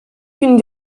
une